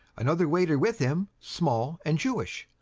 another waiter with him, small and jewish.